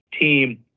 team